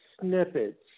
snippets